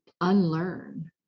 unlearn